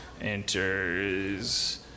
enters